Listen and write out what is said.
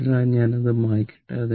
അതിനാൽ ഞാൻ അത് മായ്ക്കട്ടെ